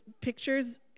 pictures